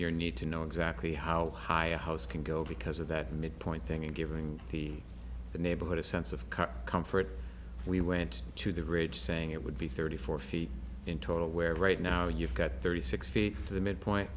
your need to know exactly how high a house can go because of that midpoint thing and giving the neighborhood a sense of comfort we went to the ridge saying it would be thirty four feet in total where right now you've got thirty six feet to the midpoint